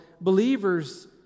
believers